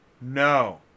No